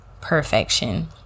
perfection